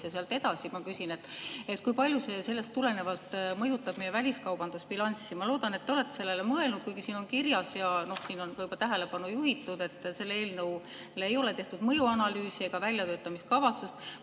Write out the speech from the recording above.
Sealt edasi ma küsin, kui palju see sellest tulenevalt mõjutab meie väliskaubandusbilanssi. Ma loodan, et te olete sellele mõelnud, kuigi siin on kirjas ja siin on ka juba tähelepanu juhitud, et selle eelnõu kohta ei ole tehtud mõjuanalüüsi ega väljatöötamiskavatsust.